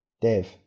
Dave